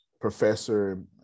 professor